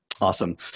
Awesome